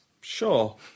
Sure